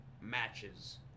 matches